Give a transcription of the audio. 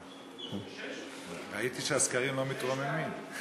ראיתי שהסקרים לא מתרוממים.